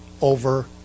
over